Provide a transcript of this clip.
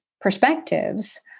perspectives